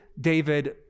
David